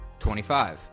25